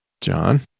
John